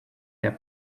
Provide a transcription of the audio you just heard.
their